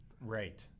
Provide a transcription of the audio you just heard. Right